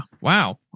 wow